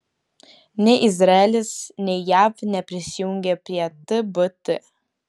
nei izraelis nei jav neprisijungė prie tbt